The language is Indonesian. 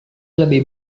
lebih